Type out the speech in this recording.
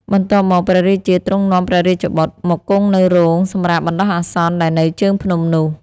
បន្ទាប់មក ព្រះរាជាទ្រង់នាំព្រះរាជបុត្រ មកគង់នៅរោងសម្រាកបណ្ដោះអាសន្ន ដែលនៅជើងភ្នំនោះ។